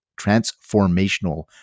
Transformational